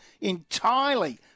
entirely